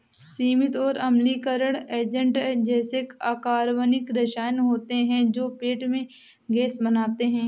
सीमित और अम्लीकरण एजेंट ऐसे अकार्बनिक रसायन होते हैं जो पेट में गैस बनाते हैं